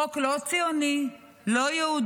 חוק לא ציוני, לא יהודי,